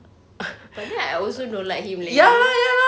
but I also don't like him leh